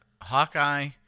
Hawkeye